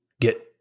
get